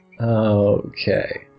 Okay